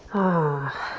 ah.